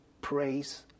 praise